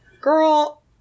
Girl